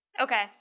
Okay